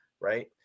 right